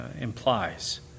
implies